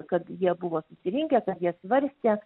kad jie buvo susirinkę jie svarstė